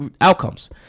outcomes